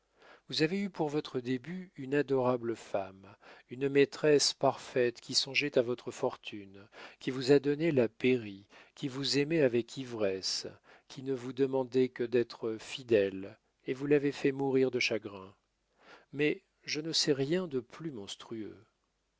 vous avez eu pour votre début une adorable femme une maîtresse parfaite qui songeait à votre fortune qui vous a donné la pairie qui vous aimait avec ivresse qui ne vous demandait que d'être fidèle et vous l'avez fait mourir de chagrin mais je ne sais rien de plus monstrueux